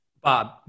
Bob